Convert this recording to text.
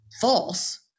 false